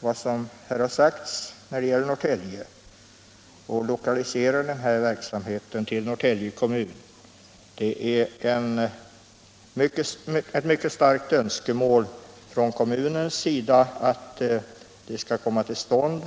vad som här har sagts om Norrtälje och att denna verksamhet lokaliseras till Norrtälje kommun. Det är ett mycket starkt önskemål från kommunens sida att denna lokalisering skall komma till stånd.